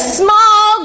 small